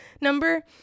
number